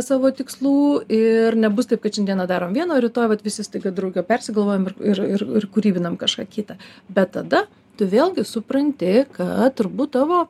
savo tikslų ir nebus taip kad šiandieną darom vieną o rytoj vat visi staiga drauge persigalvojam ir ir ir kūrybiniam kažką kita bet tada tu vėlgi supranti kad turbūt tavo